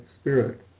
spirit